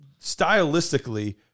stylistically